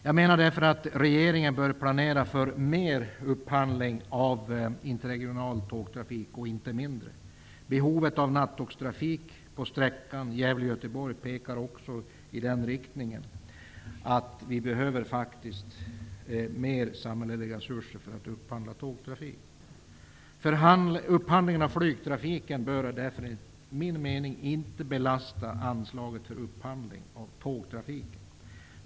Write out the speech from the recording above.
Jag menar därför att regeringen bör planera för mer upphandling av interregional tågrafik och inte mindre. Göteborg pekar också i den riktningen. Vi behöver faktiskt mer samhälleliga resurser för att upphandla tågtrafik. Upphandlingen av flygtrafiken bör därför, enligt min mening, inte belasta anslaget för upphandling av tågtrafiken.